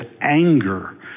anger